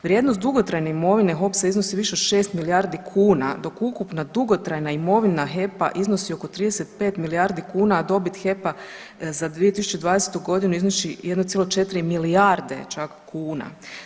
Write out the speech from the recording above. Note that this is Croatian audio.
Vrijednost dugotrajne imovine HOPS-a iznosi više od 6 milijardi kuna dok ukupna dugotrajna imovina HEP-a iznosi oko 35 milijardi kuna, a dobit HEP-a za 2020. godinu iznosi 1,4 milijarde čak kuna.